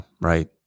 Right